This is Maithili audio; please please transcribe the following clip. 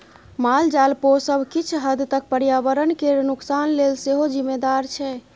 मालजाल पोसब किछ हद तक पर्यावरण केर नोकसान लेल सेहो जिम्मेदार छै